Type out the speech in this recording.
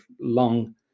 long